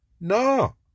No